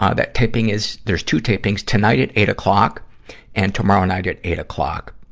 ah that taping is there's two tapings tonight at eight o'clock and tomorrow night at eight o'clock.